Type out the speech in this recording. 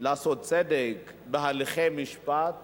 לעשות צדק בהליכי משפט